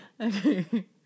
Okay